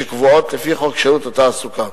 שקבועות לפי חוק שירות התעסוקה.